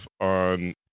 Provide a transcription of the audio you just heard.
on